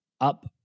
up